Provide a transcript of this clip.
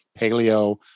paleo